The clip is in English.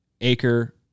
acre